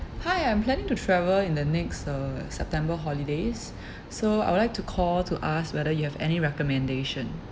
hi I'm planning to travel in the next uh september holidays so I would like to call to ask whether you have any recommendation